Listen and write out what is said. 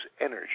energy